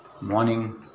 morning